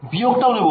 বিয়োগটাও নেবো